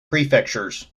prefectures